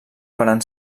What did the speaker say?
varen